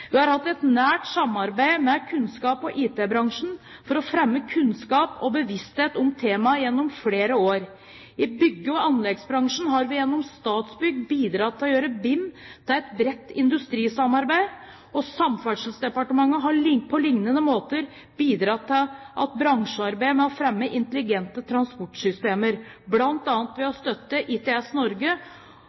Vi har hatt et nært samarbeid med kunnskaps- og IT-bransjen, for å fremme kunnskap og bevissthet om temaet gjennom flere år. I bygg- og anleggsbransjen har vi gjennom Statsbygg bidratt til å gjøre BIM til et bredt industrisamarbeid. Samferdselsdepartementet har på lignende måte bidratt til bransjearbeidet ved å fremme intelligente transportsystemer, bl.a. ved å støtte ITS Norge,